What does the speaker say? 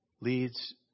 leads